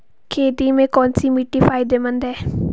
खेती में कौनसी मिट्टी फायदेमंद है?